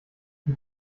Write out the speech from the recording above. die